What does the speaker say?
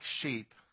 sheep